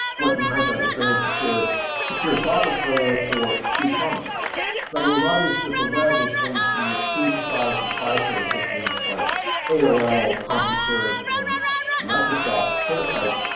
what, in hindsight, was very insecure secure sockets layer for e-commerce, but it was obvious that the web was going to sweep aside proprietary systems like aol, compuserve, and microsoft's prototype,